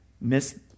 miss